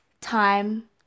Time